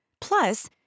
Plus